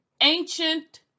ancient